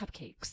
cupcakes